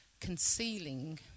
concealing